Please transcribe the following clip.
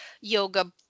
yoga